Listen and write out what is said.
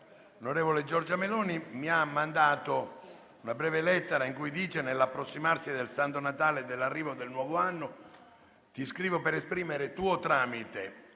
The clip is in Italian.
onorevole Giorgia Meloni mi ha mandato una breve lettera in cui scrive: «Nell'approssimarsi del santo Natale e dell'arrivo del nuovo anno, ti scrivo per esprimere tuo tramite